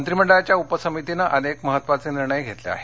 मंत्रिमंडळाच्या उपसमितीने अनेक महत्त्वाचे निर्णय घेतले आहेत